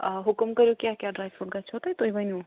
آ حکم کٔرِو کیٛاہ کیٛاہ ڈرٛاے فرٛوٗٹ گژھو تۄہہِ تُہۍ ؤنِو